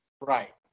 Right